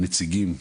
מהנציגים,